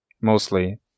Mostly